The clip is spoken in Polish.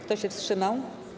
Kto się wstrzymał?